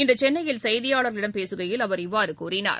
இன்றுசென்னையில் செய்தியாளர்களிடம் பேசுகையில் அவர் இவ்வாறுகூறினார்